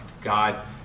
God